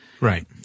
Right